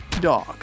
dog